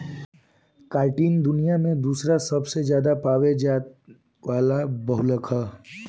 chitin दुनिया में दूसरा सबसे ज्यादा पावल जाये वाला बहुलक ह